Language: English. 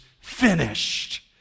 finished